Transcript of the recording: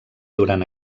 durant